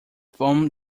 foam